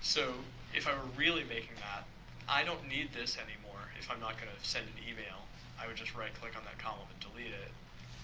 so, if i were really making that i don't need this anymore if i'm not going to send an email i would just right click on that column and delete it